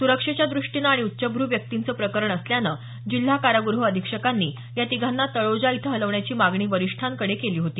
सुरक्षेच्या दृष्टीनं आणि उच्चभ्रू व्यक्तींचं प्रकरण असल्यानं जिल्हा काराग्रह अधीक्षकांनी या तिघांना तळोजा इथं हलवण्याची मागणी वरिष्ठांकडे केली होती